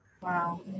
Wow